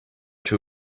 too